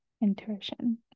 intuition